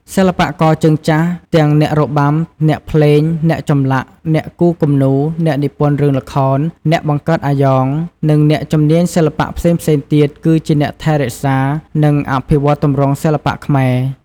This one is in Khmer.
សិល្បករជើងចាស់ ទាំងអ្នករបាំ អ្នកភ្លេង អ្នកចម្លាក់ អ្នកគូរគំនូរ អ្នកនិពន្ធរឿងល្ខោន អ្នកបង្កើតអាយ៉ង និងអ្នកជំនាញសិល្បៈផ្សេងៗទៀតគឺជាអ្នកថែរក្សា និងអភិវឌ្ឍទម្រង់សិល្បៈខ្មែរ។